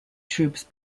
troops